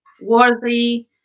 worthy